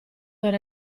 era